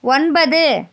ஒன்பது